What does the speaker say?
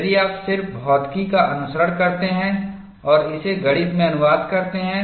यदि आप सिर्फ भौतिकी का अनुसरण करते हैं और इसे गणित में अनुवाद करते हैं